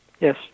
Yes